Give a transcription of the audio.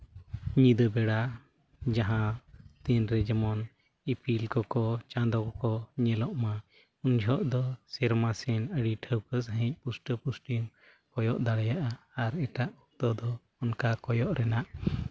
ᱧᱤᱫᱟᱹ ᱵᱮᱲᱟ ᱡᱟᱦᱟᱸ ᱛᱤᱱᱨᱮ ᱡᱮᱢᱚᱱ ᱤᱯᱤᱞ ᱠᱚᱠᱚ ᱪᱟᱸᱫᱳ ᱠᱚᱠᱚ ᱧᱮᱞᱚᱜᱼᱢᱟ ᱩᱱ ᱡᱚᱦᱚᱜ ᱫᱚ ᱥᱮᱨᱢᱟ ᱥᱮᱫ ᱟᱹᱰᱤ ᱴᱷᱟᱹᱶᱠᱟᱹ ᱥᱟᱹᱦᱤᱡ ᱯᱩᱥᱴᱟᱼᱯᱩᱥᱴᱤᱢ ᱠᱚᱭᱚᱜ ᱫᱟᱲᱮᱭᱟᱜᱼᱟ ᱟᱨ ᱮᱴᱟᱜ ᱚᱠᱛᱚ ᱫᱚ ᱚᱱᱠᱟ ᱠᱚᱭᱚᱜ ᱨᱮᱱᱟᱜ